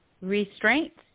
restraints